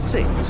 Six